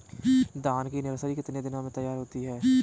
धान की नर्सरी कितने दिनों में तैयार होती है?